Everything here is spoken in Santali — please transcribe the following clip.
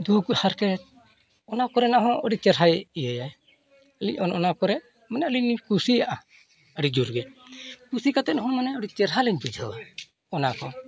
ᱫᱩᱠ ᱦᱟᱨᱠᱮᱛ ᱚᱱᱟ ᱠᱚᱨᱮᱱᱟᱜᱦᱚᱸ ᱟᱹᱰᱤ ᱪᱮᱨᱦᱟᱭ ᱤᱭᱟᱹᱭᱟᱭ ᱟᱹᱞᱤᱧ ᱚᱱᱟᱠᱚᱨᱮ ᱢᱟᱱᱮ ᱟᱹᱞᱤᱧ ᱞᱤᱧ ᱠᱩᱥᱤᱭᱟᱜᱼᱟ ᱟᱹᱰᱤᱡᱳᱨᱜᱮ ᱠᱩᱥᱤ ᱠᱟᱛᱮᱫᱦᱚᱸ ᱢᱟᱱᱮ ᱟᱹᱰᱤ ᱪᱮᱨᱦᱟ ᱞᱤᱧ ᱵᱩᱡᱷᱟᱹᱣᱟ ᱚᱱᱟᱠᱚ